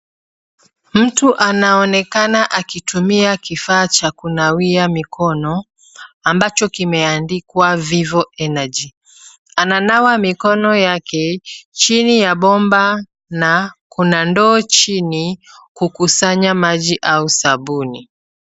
Mtu anaonekana akitumia kifaa cha kunawia mikono ambacho kimeandikwa Vivo Energy. Ananawa mikono yake chini ya bomba na kuna ndoo chini kukusanya maji au sabuni.